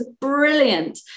brilliant